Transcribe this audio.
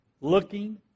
Looking